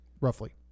roughly